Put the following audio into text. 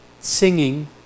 singing